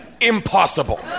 impossible